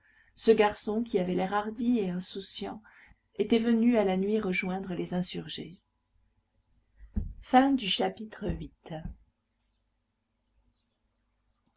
ce garçon qui avait l'air hardi et insouciant était venu à la nuit rejoindre les insurgés